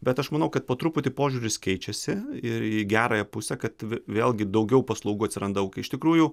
bet aš manau kad po truputį požiūris keičiasi ir į gerąją pusę kad vė vėlgi daugiau paslaugų atsiranda aukai iš tikrųjų